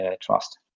trust